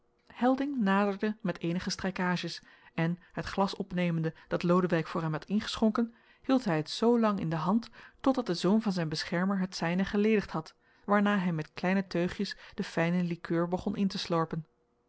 helding naderde met eenige strijkages en het glas opnemende dat lodewijk voor hem had ingeschonken hield hij het zoolang in de hand totdat de zoon van zijn beschermer het zijne geledigd had waarna hij met kleine teugjes de fijne likeur begon in te slorpen